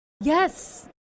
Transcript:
Yes